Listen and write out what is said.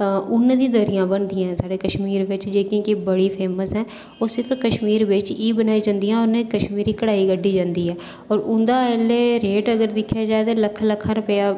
ते ऊन दी दरियां बनदियां जेह्ड़ियां की साढ़े इत्थें बड़ियां मशहूर न ओह् सिर्फ कशमीर बिच गै बनदियां कशमीरी कढ़ाई कड्ढी जंदी ऐ उंदा ऐल्लै अगर रेट दिक्खेआ जा तां लक्ख लक्ख रपेआ